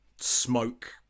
smoke